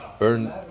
earn